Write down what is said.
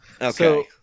Okay